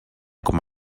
com